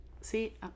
See